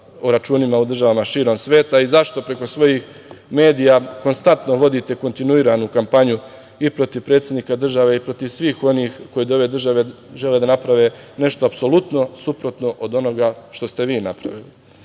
o računima u državama širom sveta i zašto preko svojih medija konstantno vodite kontinuiranu kampanju, i protiv predsednika države i protiv svih onih koji od ove države žele da naprave nešto apsolutno suprotno od onoga što ste vi napravili?